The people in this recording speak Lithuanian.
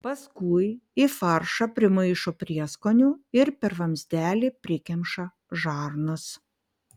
paskui į faršą primaišo prieskonių ir per vamzdelį prikemša žarnas